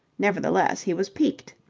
nevertheless, he was piqued.